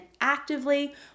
actively